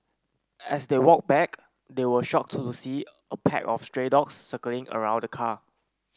as they walked back they were shocked to see a pack of stray dogs circling around the car